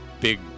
big